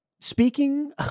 Speaking